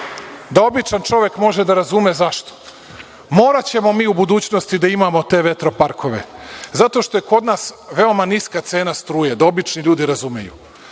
da običan čovek može da razume zašto. Moraćemo mi u budućnosti da imamo te vetroparkove, jer je kod nas veoma niska cena struje, da obični ljudi razumeju.